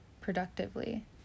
productively